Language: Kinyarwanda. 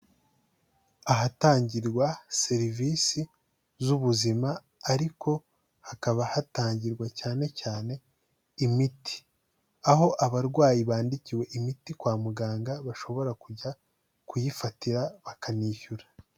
Ahatangirwa serivisi z'ubuzima ariko hakaba hatangirwa cyane cyane imiti, aho abarwayi bandikiwe imiti kwa muganga bashobora kujya kuyifatira bakanishyura.